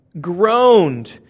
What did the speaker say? groaned